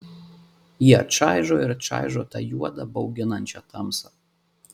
jie čaižo ir čaižo tą juodą bauginančią tamsą